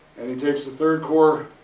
and he takes the third corps,